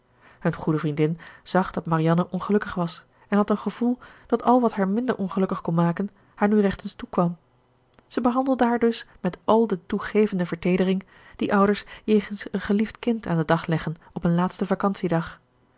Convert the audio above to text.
hun goede vriendin zag dat marianne ongelukkig was en had een gevoel dat al wat haar minder ongelukkig kon maken haar nu rechtens toekwam zij behandelde haar dus met al de toegevende verteedering die ouders jegens een geliefd kind aan den dag leggen op een laatsten